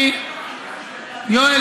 יואל,